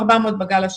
400 בגל השני.